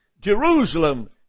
Jerusalem